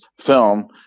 film